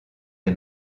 des